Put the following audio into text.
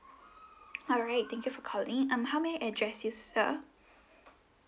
alright thank you for calling um how may I address you sir